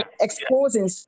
exposing